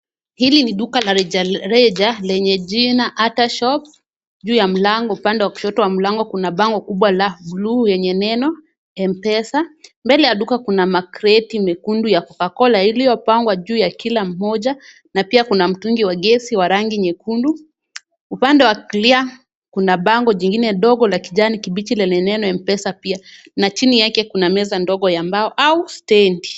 Hili ni duka la rejareja lenye jina Ata shop . Juu ya mlango upande wa kushoto wa mlango kuna bango kubwa la blue lenye neno mpesa . Mbele ya duka kuna makreti mekundu ya cocacola iliyopangwa juu ya kila moja na pia kuna mtungi wa gesi wa rangi nyekundu. Upande wa kulia kuna bango jingine dogo la kijani kibichi lenye neno mpesa pia na chini yake kuna meza ya mbao au stendi.